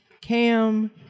Cam